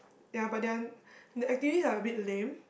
ya but they are the activities are a bit lame